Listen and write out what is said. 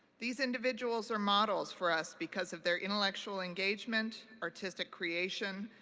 these individuals are models for us because of their intellectual engagement, artistic creation,